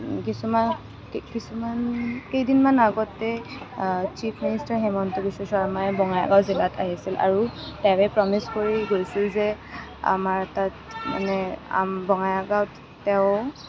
কিছুমান কিছুমান কেইদিনমান আগতে চিফ মিনিষ্টাৰ হিমন্ত বিশ্ব শৰ্মায়ে বঙাইগাঁও জিলাত আহিছিল আৰু তাৰে প্ৰ'মিচ কৰি গৈছিল যে আমাৰ তাত মানে বঙাইগাঁৱত তেওঁ